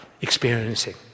experiencing